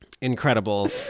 Incredible